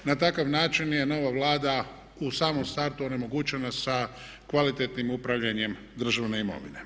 Na takav način je nova Vlada u samom startu onemogućena sa kvalitetnim upravljanjem državne imovine.